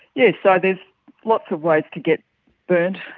yes, so there's lots of ways to get burnt